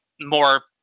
more